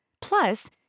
Plus